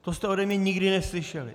To jste ode mě nikdy neslyšeli.